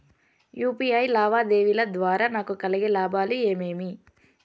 UPI లావాదేవీల ద్వారా నాకు కలిగే లాభాలు ఏమేమీ?